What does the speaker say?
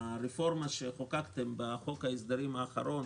הרפורמה שחוקקתם בחוק ההסדרים האחרון,